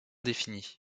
définies